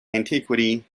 antiquity